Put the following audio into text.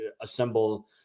assemble –